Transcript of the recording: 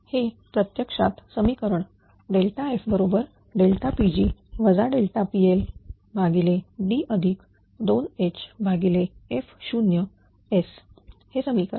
हे प्रत्यक्षात समीकरण fPg PLD2Hf0s हे समीकरण